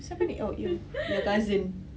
siapa ni oh your your cousin